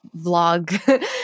vlog